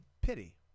pity